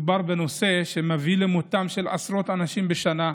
מדובר בנושא שמביא למותם של עשרות אנשים בשנה,